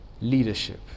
leadership